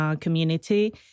community